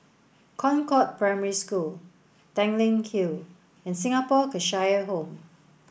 Concord Primary School Tanglin Hill and Singapore Cheshire Home